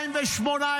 זאת האמת.